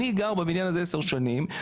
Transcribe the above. אני גר בבניין הזה עשר שנים,